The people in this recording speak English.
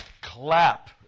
clap